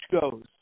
goes